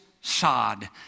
sod